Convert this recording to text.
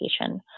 education